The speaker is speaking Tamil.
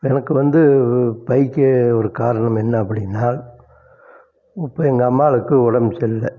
எனக்கு வந்து பைக்கு ஒரு காரணம் என்ன அப்படினா இப்போ எங்கள் அம்மாளுக்கு உடம்பு சரி இல்லை